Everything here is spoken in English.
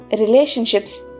relationships